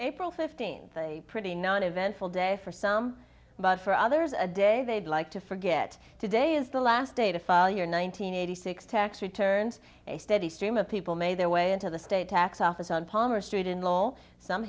april fifteenth a pretty not eventful day for some but for others a day they'd like to forget today is the last day to file your nine hundred eighty six tax returns a steady stream of people made their way into the state tax office on palmer street in lowell some